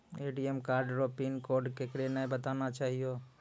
ATM card रो pin code केकरै नाय बताना चाहियो